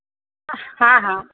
હા હા